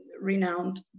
renowned